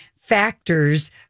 factors